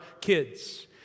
kids